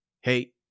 Hey